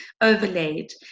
overlaid